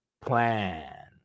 plan